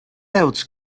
else